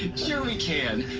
sure we can!